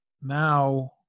now